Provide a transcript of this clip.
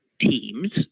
teams